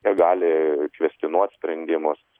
jie gali kvestionuot sprendimus